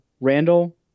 Randall